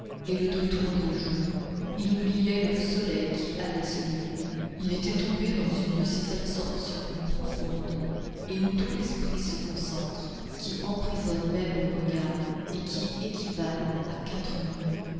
et le dos tourné au jour il oubliait le soleil qui allait se lever il était tombé dans une de ces absorptions profondes où tout l'esprit se concentre qui emprisonnent même le regard et qui équivalent à quatre murs